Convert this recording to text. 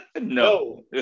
No